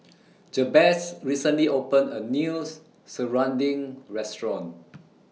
Jabez recently opened A News Serunding Restaurant